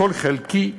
הכול חלקי,